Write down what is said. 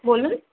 বলুন